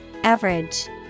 Average